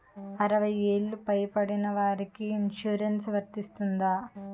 అరవై ఏళ్లు పై పడిన వారికి ఇన్సురెన్స్ వర్తిస్తుందా?